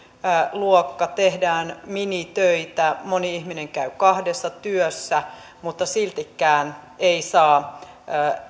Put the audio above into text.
luokka tehdään minitöitä moni ihminen käy kahdessa työssä mutta siltikään ei saa